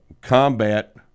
combat